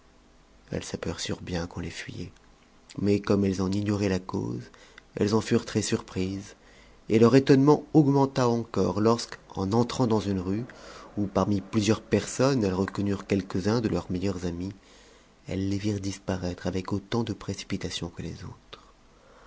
elles s'aperçurent bien qu'on les fuyait mais comme elles en ignoraient la cause e cs en furent très surprises et leur étonnement augmenta encore lorsque en entrant dans une rue où parmi plusieurs personnes elles reconnurent quelques-uns de leurs meilleurs amis elles les virent disparattre avec autant de précipitation que les autres